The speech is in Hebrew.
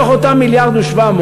מתוך אותם 1.7 מיליארד,